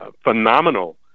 phenomenal